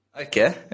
Okay